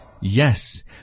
Yes